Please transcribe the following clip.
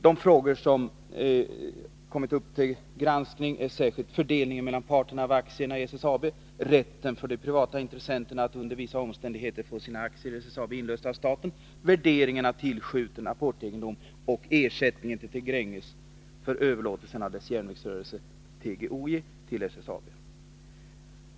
De frågor som kommit upp till granskning är särskilt fördelningen mellan parterna av aktierna i SSAB, rätten för de privata intressenterna att under vissa omständigheter få sina aktier i SSAB inlösta av staten, värderingen av tillskjuten apportegendom och ersättningen till Gränges för överlåtelse av dess järnvägsrörelse — TGOJ — till SSAB.